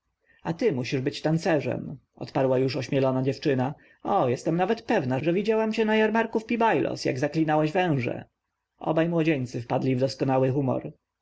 a ty musisz być tancerzem odparła już ośmielona dziewczyna o jestem nawet pewna że widziałam cię na jarmarku w pi-bailos jak zaklinałeś węże obaj młodzieńcy wpadli w doskonały humor